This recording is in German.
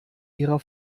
ihrer